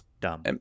dumb